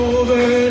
over